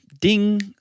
ding